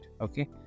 Okay